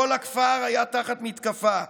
כל הכפר היה תחת מתקפה.